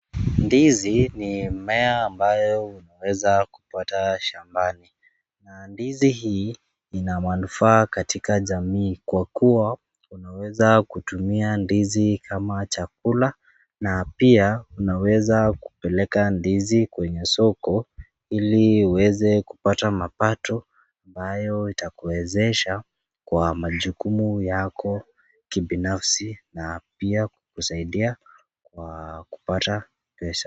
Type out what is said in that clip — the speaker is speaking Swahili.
Ndizi ni mmea ambayo unaweza kupata shambani, na ndizi hii ina manufaa katika jamii kwa kuwa, unaweza kutumia ndizi kama chakula, na pia unaweza kupeleka ndizi kwenye soko, ili uweze kupata mapato, ambayo itakuwezesha kwa majukumu yako kibinafsi, na pia kukusaidia kwa kupata pesa.